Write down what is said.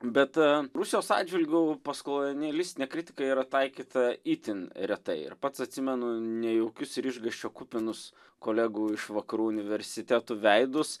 bet rusijos atžvilgiu postkolonialistinė kritika yra taikyta itin retai ir pats atsimenu nejaukius ir išgąsčio kupinus kolegų iš vakarų universitetų veidus